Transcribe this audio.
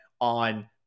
on